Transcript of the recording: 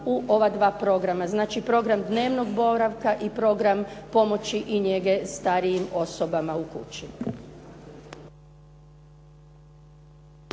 u ova dva programa, znači program dnevnog boravka i program pomoći i njege starijim osobama u kući.